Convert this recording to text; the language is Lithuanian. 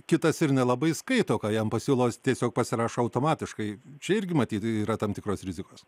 kitas ir nelabai skaito ką jam pasiūlo jis tiesiog pasirašo automatiškai čia irgi matyt yra tam tikros rizikos